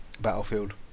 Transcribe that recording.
Battlefield